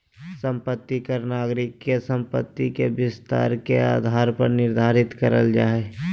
संपत्ति कर नागरिक के संपत्ति के विस्तार के आधार पर निर्धारित करल जा हय